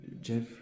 Jeff